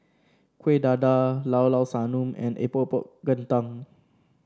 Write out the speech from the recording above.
Kueh Dadar Llao Llao Sanum and Epok Epok Kentang